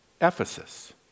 Ephesus